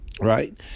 Right